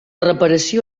reparació